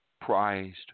prized